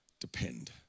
depend